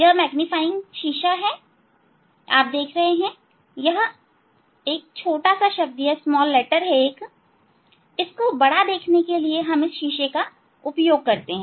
यह मैग्नीफाइंग शीशा है तो आप देख रहे हैं यह छोटा शब्द छोटे शब्द को बड़ा देखने के लिए हम मैग्नीफाइंग शीशे का उपयोग करते हैं